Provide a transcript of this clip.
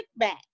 kickback